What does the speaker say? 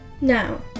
Now